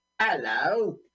Hello